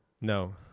No